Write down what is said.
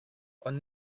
ond